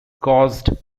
caused